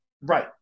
Right